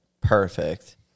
perfect